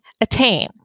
attain